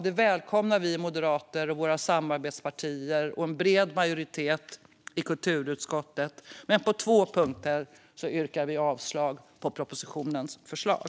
Detta välkomnar vi moderater, våra samarbetspartier och en bred majoritet i kulturutskottet. Men på två punkter vill jag alltså yrka avslag på propositionens förslag.